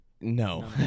No